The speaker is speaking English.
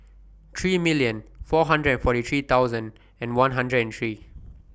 three million four hundred and forty three thousand and one hundred and three